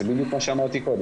זה בדיוק מה שאמרתי קודם,